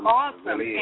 awesome